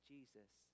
Jesus